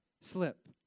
slip